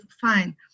fine